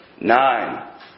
nine